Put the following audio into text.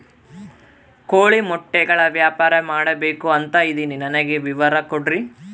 ಕೋಳಿ ಮೊಟ್ಟೆಗಳ ವ್ಯಾಪಾರ ಮಾಡ್ಬೇಕು ಅಂತ ಇದಿನಿ ನನಗೆ ವಿವರ ಕೊಡ್ರಿ?